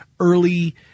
Early